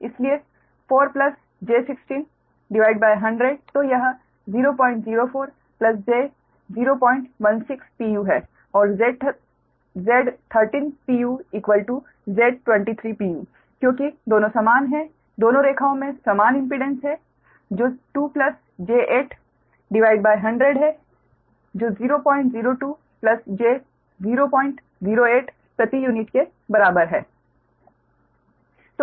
इसलिए 4 j16 100 तो यह 004 j016 pu है और Z13 Z23 क्योंकि दोनों समान हैं दोनों रेखाओं में समान इम्पीडेंस है जो 2 j8100 है जो 002 j008 प्रति यूनिट के बराबर है